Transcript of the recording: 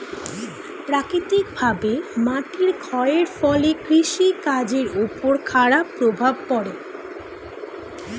প্রাকৃতিকভাবে মাটির ক্ষয়ের ফলে কৃষি কাজের উপর খারাপ প্রভাব পড়ে